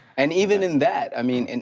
and even in that, i mean, and